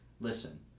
listen